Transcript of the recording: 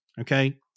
Okay